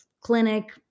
Clinic